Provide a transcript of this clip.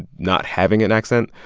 not having an accent,